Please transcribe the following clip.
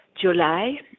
July